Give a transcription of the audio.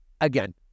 Again